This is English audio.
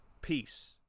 peace